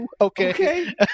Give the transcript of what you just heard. Okay